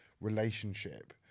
relationship